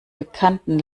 bekannten